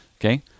okay